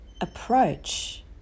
approach